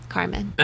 Carmen